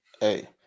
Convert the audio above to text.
hey